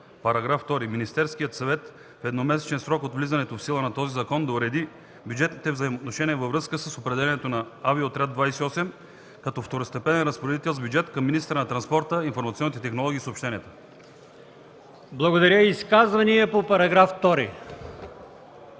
„§ 2. Министерският съвет в едномесечен срок от влизането в сила на този закон да уреди бюджетните взаимоотношения във връзка с определянето на Авиоотряд 28 като второстепенен разпоредител с бюджет към министъра на транспорта, информационните технологии и съобщенията.” ПРЕДСЕДАТЕЛ АЛИОСМАН